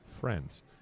friends